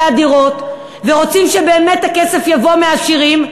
הדירות ורוצים שבאמת הכסף יבוא מהעשירים,